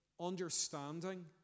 understanding